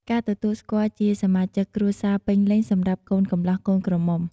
ការទទួលស្គាល់ជាសមាជិកគ្រួសារពេញលេញសម្រាប់កូនកំលោះកូនក្រមុំ។